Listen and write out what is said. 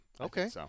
Okay